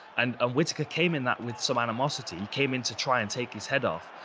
and um whittaker came in that with some animosity. he came in to try and take his head off.